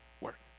work